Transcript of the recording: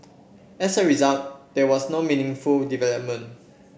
as a result there was no meaningful development